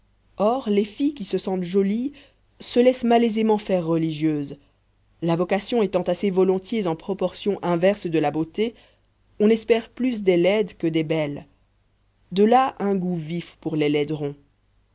or les filles qui se sentent jolies se laissent malaisément faire religieuses la vocation étant assez volontiers en proportion inverse de la beauté on espère plus des laides que des belles de là un goût vif pour les laiderons